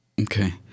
Okay